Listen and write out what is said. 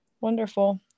Wonderful